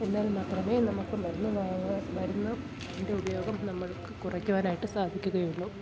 എന്നാൽ മാത്രമേ നമുക്ക് മരുന്ന് വാങ്ങാൻ മരുന്നിൻ്റെ ഉപയോഗം നമ്മൾക്ക് കുറയ്ക്കുവാനായിട്ട് സാധിക്കുകയുള്ളു